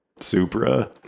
Supra